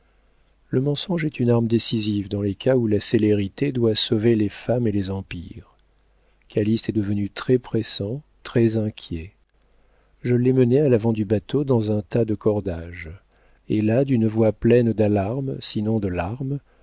le mensonge est une arme décisive dans les cas où la célérité doit sauver les femmes et les empires calyste est devenu très pressant très inquiet je l'ai mené à l'avant du bateau dans un tas de cordages et là d'une voix pleine d'alarmes sinon de larmes